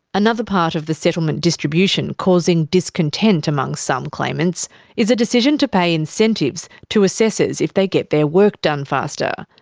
another part of the settlement distribution causing discontent among some claimants is a decision to pay incentives to assessors if they get their work done faster.